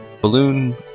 balloon